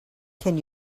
can